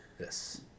Yes